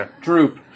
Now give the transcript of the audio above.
Droop